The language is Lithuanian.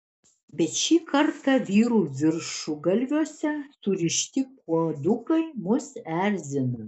bet šį kartą vyrų viršugalviuose surišti kuodukai mus erzina